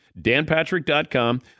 danpatrick.com